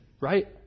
right